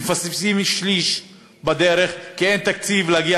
מפספסים שליש בדרך כי אין תקציב להגיע